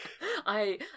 I-